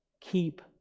keep